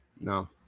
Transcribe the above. No